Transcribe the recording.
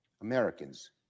Americans